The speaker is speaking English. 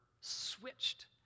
switched